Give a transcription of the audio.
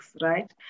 right